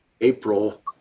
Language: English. April